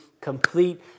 complete